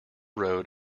road